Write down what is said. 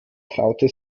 traute